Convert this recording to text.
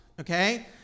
Okay